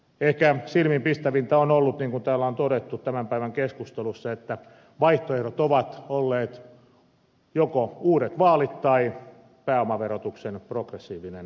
ehkä silmiinpistävintä on ollut niin kuin täällä on todettu tämän päivän keskustelussa että vaihtoehdot ovat olleet joko uudet vaalit tai pääomaverotuksen progressiivinen nosto